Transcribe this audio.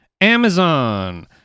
Amazon